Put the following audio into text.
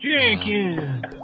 Jenkins